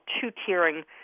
two-tiering